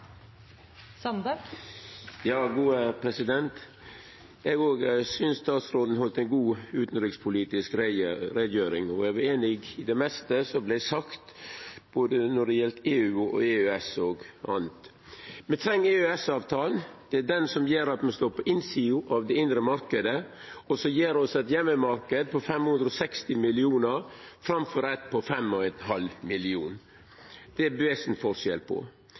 einig i det meste som vart sagt, både når det gjeld EU, EØS og anna. Me treng EØS-avtalen. Det er den som gjer at me står på innsida av den indre marknaden, og som gjev oss ein heimemarknad på 560 millionar framfor 5,5 millionar. Det er det ein vesensforskjell på. Avtalen gjev oss moglegheiter for deltaking på